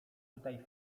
tutaj